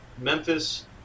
Memphis